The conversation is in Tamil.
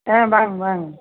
ஆ வாங்க வாங்க